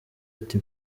ati